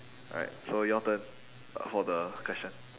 alright so your turn uh for the question